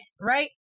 right